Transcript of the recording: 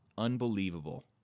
unbelievable